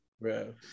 bro